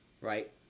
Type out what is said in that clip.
right